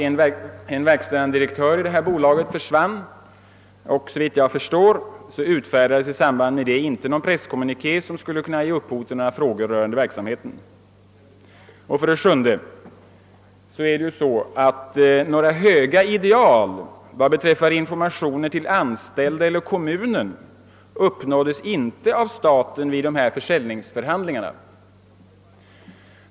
En verkställande direktör i bolaget försvann, men såvitt jag förstår utfärdades i samband därmed ingen presskommuniké som skulle kunna ge upphov till frågor angående rörelsen. 7. Inga höga ideal vad beträffar informationer till anställda eller till kommunen uppnåddes av staten vid försäljningsförhandlingarna.